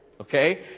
okay